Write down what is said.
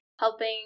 helping